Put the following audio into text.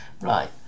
right